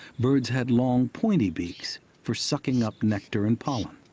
birds had long pointy beaks for sucking up nectar and pollen.